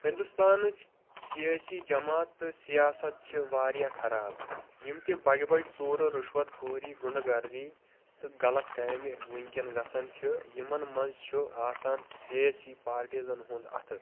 ہنٛدوستانٕچۍ سیاسی جماعت تہٕ سیاست چھِ واریاہ خراب یِم تہِ بجہِ بجہِ ژوٗرٕ رُشوت خوری گُنٛڈہ گردی تہٕ غلط کامہِ وُنٛکیٚن گَژھان چھِ یِمن منٛز چھُ آسان سیاسی پارٹیٖزن ہُنٛد اتھہٕ